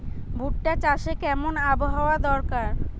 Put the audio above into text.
ভুট্টা চাষে কেমন আবহাওয়া দরকার?